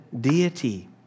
deity